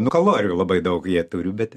nu kalorijų labai daug jie turi bet